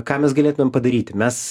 ką mes galėtumėm padaryti mes